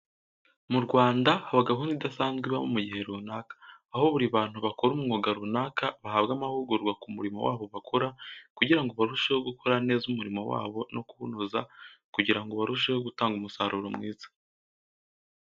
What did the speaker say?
Mu Rwanda haba gahunda idasanzwe iba mu gihe runaka, aho buri bantu bakora umwuga runaka bahabwa amahugurwa ku murimo wabo bakora kugira ngo barusheho gukora neza umurimo wabo no kuwunoza kugira ngo barusheho gutanga umusaruro mwiza.